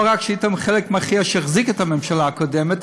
לא רק שהייתם חלק מכריע שהחזיק את הממשלה הקודמת,